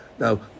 Now